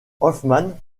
hoffmann